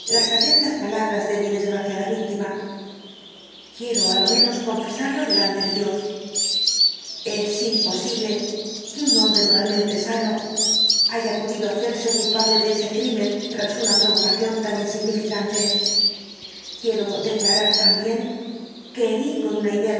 las atentas palabras de mi desgraciada víctima quiero á lo menos confesarlo delante de dios es imposible que un hombre moralmente sano haya podido hacerse culpable de ese crimen tras una provocación tan insignificante quiero declarar también que herí con una idea